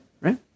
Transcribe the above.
right